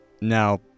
now